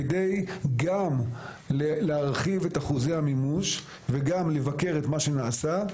כדי גם להרחיב את אחוזי המימוש וגם לבקר את מה שנעשה.